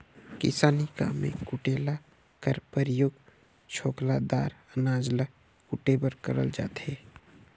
किसानी काम मे कुटेला कर परियोग छोकला दार अनाज ल कुटे बर करल जाथे